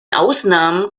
ausnahmen